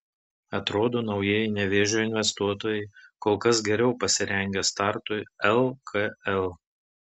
atrodo naujieji nevėžio investuotojai kol kas geriau pasirengę startui lkl